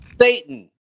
Satan